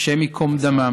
ה' ייקום דמם,